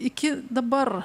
iki dabar